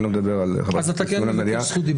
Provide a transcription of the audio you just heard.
אני לא מדבר עד המליאה --- אז אתה כן מבקש זכות דיבור?